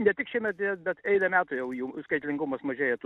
ne tik šiemet dėl bet eilę metų jau jų skaitlingumas mažėja tų